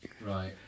Right